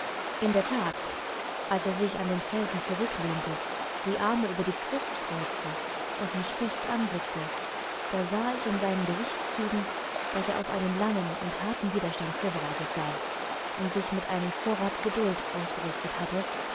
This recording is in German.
in der that als er sich an den felsen zurücklehnte die arme über die brust kreuzte und mich fest anblickte da sah ich in seinen gesichtszügen daß er auf einen langen und harten widerstand vorbereitet sei und sich mit einem vorrat geduld ausgerüstet hatte